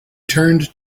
turned